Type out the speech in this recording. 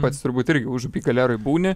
pats turbūt irgi užupy galeroj būni